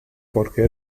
porque